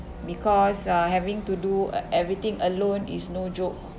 because uh having to do everything alone is no joke